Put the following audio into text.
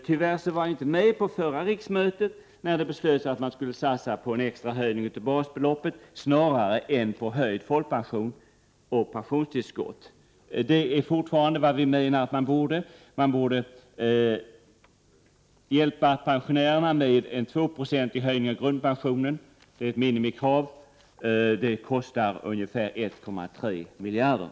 Tyvärr var vi inte med vid förra riksmötet, då det fattades beslut om att satsa på en extra höjning av basbeloppet snarare än att satsa på höjd folkpension och pensionstillskott. Vi anser fortfarande att pensionärerna borde få en 2-procentig höjning av grundpensionen. Det är vårt minimikrav, och det kostar ungefär 1,3 miljarder.